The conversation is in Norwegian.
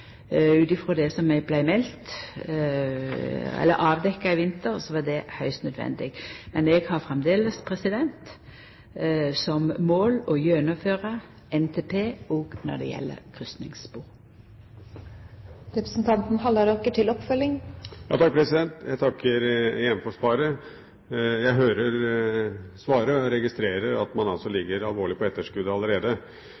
Ut frå det som vart avdekt i vinter, var det høgst nødvendig. Men eg har framleis som mål å gjennomføra NTP òg når det gjeld kryssingsspor. Jeg takker igjen for svaret. Jeg hørte svaret og registrerer at man altså